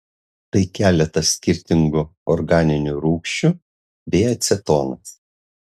tai keletas skirtingų organinių rūgščių bei acetonas